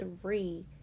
three